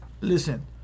Listen